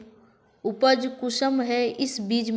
उपज कुंसम है इस बीज में?